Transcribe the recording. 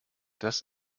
das